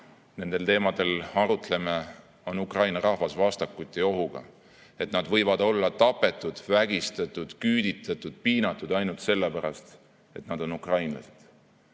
nendel teemadel arutleme, on Ukraina rahvas vastakuti ohuga. Nad võivad olla tapetud, vägistatud, küüditatud, piinatud, ja ainult sellepärast, et nad on ukrainlased.